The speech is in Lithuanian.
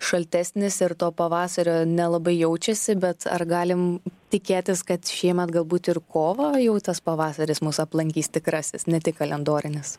šaltesnis ir to pavasario nelabai jaučiasi bet ar galim tikėtis kad šiemet galbūt ir kovą jau tas pavasaris mus aplankys tikrasis ne tik kalendorinis